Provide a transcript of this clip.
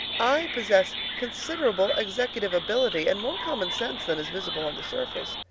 i possess considerable executive ability, and more common sense than is visible on the surface.